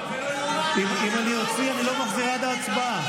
אמר פרופ' מני מאוטנר את הדברים הבאים,